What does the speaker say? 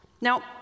Now